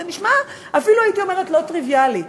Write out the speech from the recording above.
זה נשמע אפילו, הייתי אומרת, לא טריוויאלי.